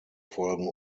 folgen